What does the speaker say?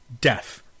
death